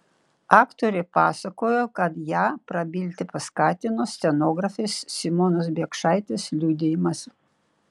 aktorė pasakojo kad ją prabilti paskatino scenografės simonos biekšaitės liudijimas